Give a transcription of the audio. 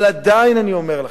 אבל עדיין אני אומר לכם,